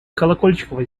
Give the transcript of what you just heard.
колокольчикова